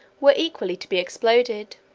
were equally to be exploded.